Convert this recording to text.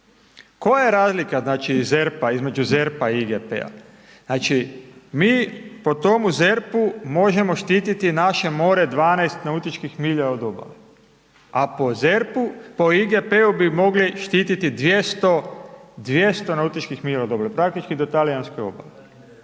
znači ZERP-a, između ZERP-a i IGP-a znači mi po tomu ZERP-u možemo štititi naše more 12 nautičkih milja od obale, a po ZERP-u, po IGP-u bi mogli štititi 200, 200 nautičkih milja od obale praktički do talijanske obale.